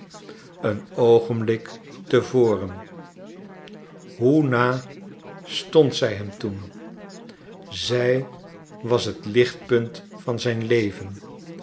een oogenblik te voren hoe na stond zij hem toen zij was het lichtpunt van zijn leven